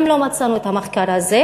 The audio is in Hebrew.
וגם שם לא מצאנו את המחקר הזה,